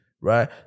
right